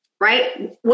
right